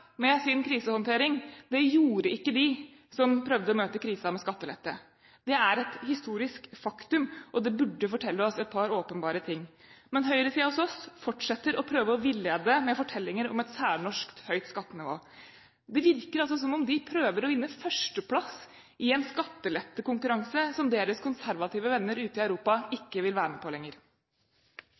med sin krisehåndtering. Det gjorde ikke de som prøvde å møte krisen med skattelette. Det er et historisk faktum, og det burde fortelle oss et par åpenbare ting. Men høyresiden hos oss fortsetter å prøve å villede med fortellinger om et særnorsk høyt skattenivå. Det virker som om de prøver å vinne førsteplass i en skattelettekonkurranse som deres konservative venner ute i Europa ikke vil være med på lenger.